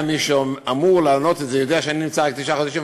וגם מי שאמור לענות על זה יודע שאני נמצא רק תשעה חודשים,